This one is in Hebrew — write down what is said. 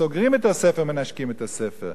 וכשסוגרים את הספר מנשקים את הספר.